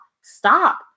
stop